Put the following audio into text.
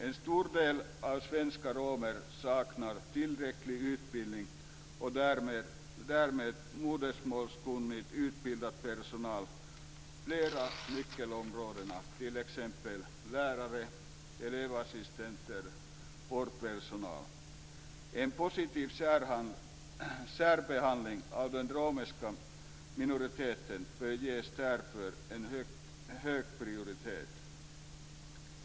En stor del av de svenska romerna saknar en tillräcklig utbildning och därmed modersmålskunnig, utbildad personal på flera nyckelområden, t.ex. lärare, elevassistenter och vårdpersonal. En positiv särbehandling av den romska minoriteten bör därför ges en hög prioritet.